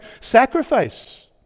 sacrifice